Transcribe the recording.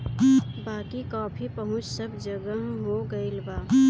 बाकी कॉफ़ी पहुंच सब जगह हो गईल बा